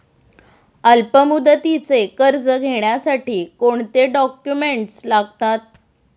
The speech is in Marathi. अल्पमुदतीचे कर्ज घेण्यासाठी कोणते डॉक्युमेंट्स लागतात?